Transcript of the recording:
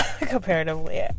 comparatively